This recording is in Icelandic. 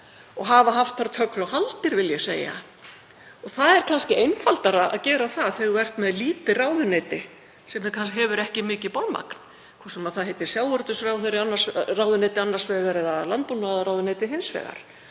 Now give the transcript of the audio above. og hafa haft þar tögl og hagldir, vil ég segja. Það er kannski einfaldara að gera það þegar þú ert með lítið ráðuneyti sem hefur kannski ekki mikið bolmagn, hvort sem það heitir sjávarútvegsráðuneyti annars vegar eða landbúnaðarráðuneyti hins vegar.